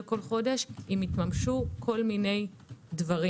כל חודש אם יתממשו כל מיני דברים.